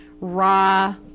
raw